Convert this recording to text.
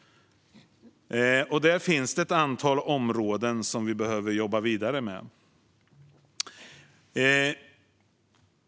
Där finns det ett antal områden som vi behöver jobba vidare med.